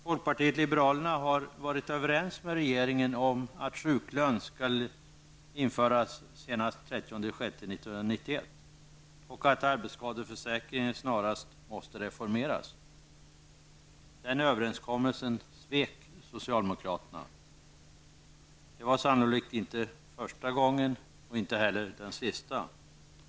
Folkpartiet liberalerna har varit överens med regeringen om att sjuklön skall införas senast den 30 juni 1991 och att arbetsskadeförsäkringen snarast måste reformeras. Den överenskommelsen svek socialdemokraterna. Det var inte första gången och sannolikt inte heller den sista.